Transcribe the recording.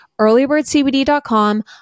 earlybirdcbd.com